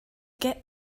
get